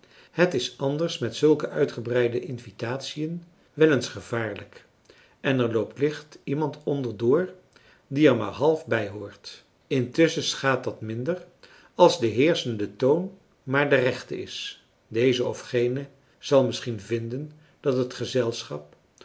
het is anders met zulke uitgebreide invitatiën wel eens gevaarlijk en er loopt licht iemand onder door die er maar half bij hoort intusschen schaadt dat minder als de heerschende toon maar de rechte is deze of gene zal misschien vinden dat het gezelschap